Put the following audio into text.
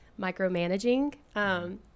micromanaging